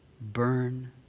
burn